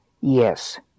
Yes